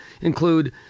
include